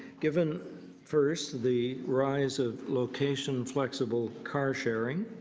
given first the rise of location flexible car sharing.